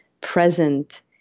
present